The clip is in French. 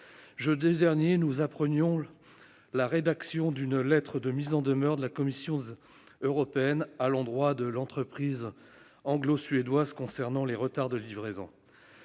Jeudi dernier, nous apprenions la rédaction d'une lettre de mise en demeure de la Commission européenne à l'endroit de l'entreprise anglo-suédoise concernant les retards de livraison.